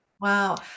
Wow